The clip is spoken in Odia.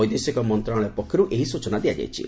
ବିଦେଶିକ ମନ୍ତ୍ରଣାଳୟ ପକ୍ଷରୁ ଏହି ସ୍ବଚନା ଦିଆଯାଇଛି